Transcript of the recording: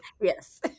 Yes